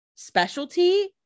specialty